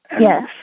Yes